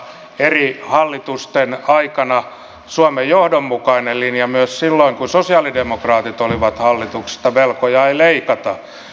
eri hallitusten aikana suomen johdonmukainen linja myös silloin kun sosialidemokraatit olivat hallituksessa on ollut että velkoja ei leikata